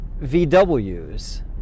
VW's